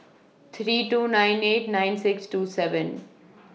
three two nine eight nine six two seven